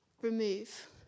remove